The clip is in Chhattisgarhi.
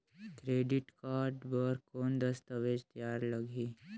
क्रेडिट कारड बर कौन दस्तावेज तैयार लगही?